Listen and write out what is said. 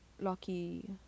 lucky